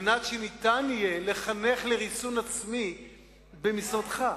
על מנת שניתן יהיה לחנך לריסון עצמי במשרדך.